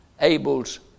Abel's